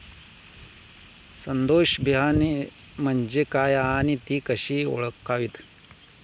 सदोष बियाणे म्हणजे काय आणि ती कशी ओळखावीत?